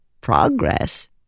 progress